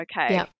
okay